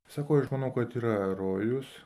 sakau aš manau kad yra rojus